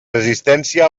resistència